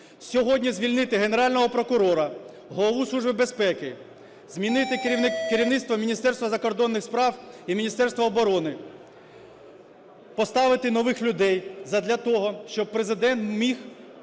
Сьогодні звільнити Генерального прокурора, Голову Служби безпеки, звільнити керівництво Міністерства закордонних справ і Міністерства оборони. Поставити нових людей задля того, щоб Президент міг